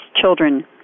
children